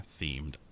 themed